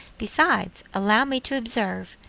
besides, allow me to observe,